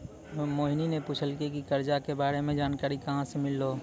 मोहिनी ने पूछलकै की करजा के बारे मे जानकारी कहाँ से मिल्हौं